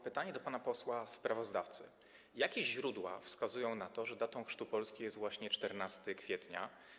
Pytanie do pana posła sprawozdawcy: Jakie źródła wskazują na to, że datą chrztu Polski jest właśnie 14 kwietnia?